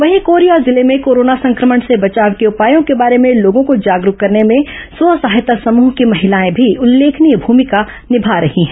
वहीं कोरिया जिले में कोर्रोना संक्रमण से बचाव के उपायों के बारे में लोगों को जागरूक करने में स्व सहायता समृह की महिलाएं भी उल्लेखनीय भूभिका निभा रही हैं